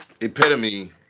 Epitome